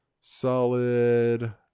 solid